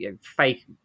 fake